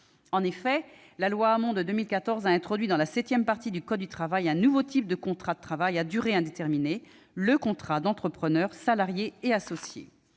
En effet, cette loi, dite « Hamon », a introduit dans la septième partie du code du travail un nouveau type de contrat de travail à durée indéterminée : le contrat d'entrepreneur salarié et associé.